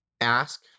ask